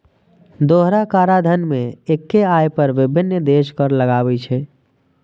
दोहरा कराधान मे एक्के आय पर विभिन्न देश कर लगाबै छै